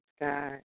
God